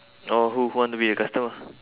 oh who who want to be a customer